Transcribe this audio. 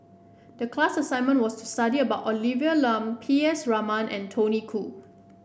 the class assignment was to study about Olivia Lum P S Raman and Tony Khoo